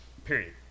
Period